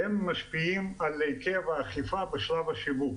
שמשפיעים על היקף האכיפה בשלב השיווק,